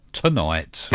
tonight